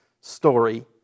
story